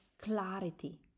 clarity